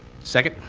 second.